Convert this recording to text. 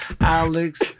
Alex